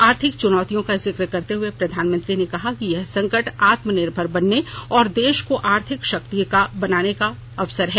आर्थिक चुनौतियों का जिक्र करते हुए प्रधानमंत्री ने कहा कि यह संकट आत्मनिर्भर बनने और देश को आर्थिक शक्ति बनाने का एक अवसर है